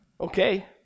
okay